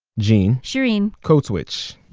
gene shereen code switch